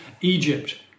Egypt